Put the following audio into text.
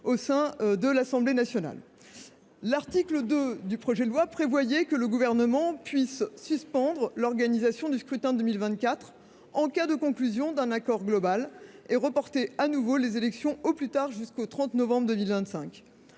l’enceinte de l’Assemblée nationale. L’article 2 du projet de loi prévoyait que le Gouvernement puisse suspendre l’organisation du scrutin de 2024 en cas de conclusion d’un accord global et reporter de nouveau les élections jusqu’au 30 novembre 2025